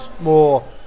more